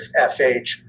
FH